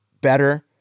better